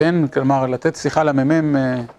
כן, כלומר, לתת שיחה לממם.